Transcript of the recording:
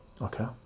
okay